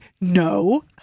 No